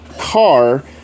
car